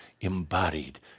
embodied